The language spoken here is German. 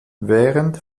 während